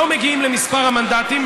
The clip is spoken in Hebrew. לא מגיעים למספר המנדטים,